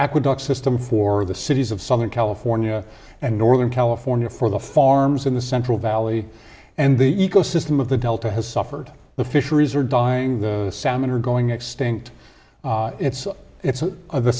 aqueduct system for the cities of southern california and northern california for the farms in the central valley and the ecosystem of the delta has suffered the fisheries are dying the salmon are going extinct it's